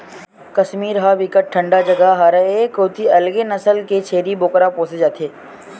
कस्मीर ह बिकट ठंडा जघा हरय ए कोती अलगे नसल के छेरी बोकरा पोसे जाथे